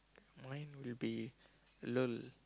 mine will be lull